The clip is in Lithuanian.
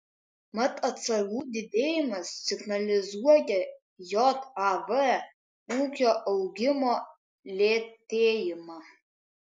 mat atsargų didėjimas signalizuoja jav ūkio augimo lėtėjimą